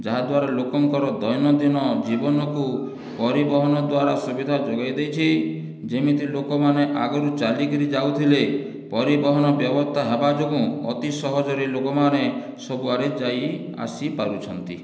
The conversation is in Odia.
ଯାହାଦ୍ଵାରା ଲୋକଙ୍କର ଦୈନନ୍ଦିନ ଜୀବନକୁ ପରିବହନ ଦ୍ଵାରା ସୁବିଧା ଯୋଗାଇ ଦେଇଛି ଯେମିତି ଲୋକମାନେ ଆଗୁରୁ ଚାଲିକରି ଯାଉଥିଲେ ପରିବହନ ବ୍ୟବସ୍ଥା ହେବା ଯୋଗୁଁ ଅତି ସହଜରେ ଲୋକମାନେ ସବୁ ଆଡ଼େ ଯାଇ ଆସି ପାରୁଛନ୍ତି